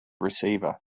receiver